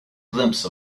glimpse